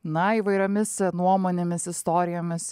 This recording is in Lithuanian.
na įvairiomis nuomonėmis istorijomis